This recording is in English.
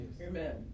Amen